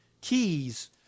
keys